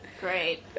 Great